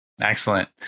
Excellent